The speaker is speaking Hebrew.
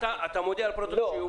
אתה מודיע עכשיו לפרוטוקול שיובא.